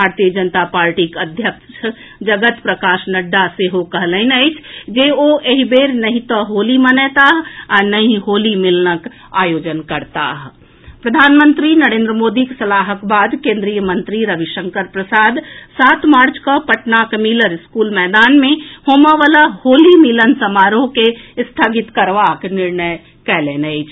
भारतीय जनता पार्टीक अध्यक्ष जगत प्रकाश नड्डा सेहो कहलनि अछि जे ओ एहि बेर नहि तऽ होली मनएताह आ नहि होली मिलनक आयोजन प्रधानमंत्री नरेन्द्र मोदीक सलाहक बाद केन्द्रीय मंत्री रविशंकर प्रसाद सात मार्च के पटनाक मिलर स्कूल मैदान मे होमए वला होली मिलन समारोह के स्थगित करबाक निर्णय कएलनि अछि